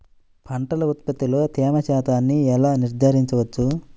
పంటల ఉత్పత్తిలో తేమ శాతంను ఎలా నిర్ధారించవచ్చు?